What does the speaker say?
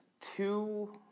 two